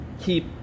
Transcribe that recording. keep